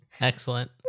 Excellent